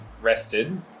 rested